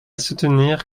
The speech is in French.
soutenir